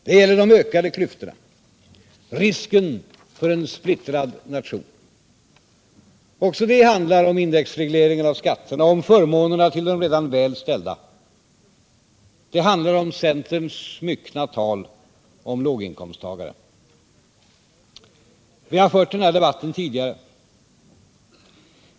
Det gäller de ökade klyftorna, risken för en splittrad nation. Också det handlar om indexregleringen av skatterna och om förmånerna till de redan väl ställda. Det handlar om centerns myckna tal om låginkomsttagare. Vi har fört denna debatt tidigare.